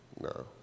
No